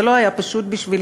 זה לא היה פשוט בשבילי,